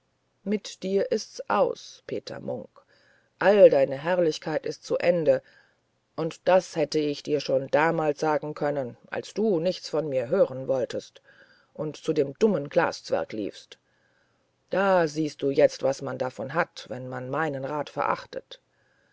mit dir ist's aus peter munk all deine herrlichkeit ist zu ende und das hätt ich dir schon damals sagen können als du nichts von mir hören wolltest und zu dem dummen glaszwerg liefst da siehst du jetzt was man davon hat wenn man meinen rat verachtet